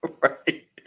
Right